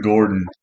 Gordon